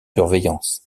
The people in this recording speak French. surveillance